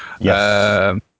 Yes